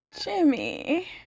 Jimmy